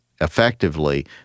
effectively